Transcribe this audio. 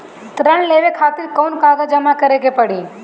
ऋण लेवे खातिर कौन कागज जमा करे के पड़ी?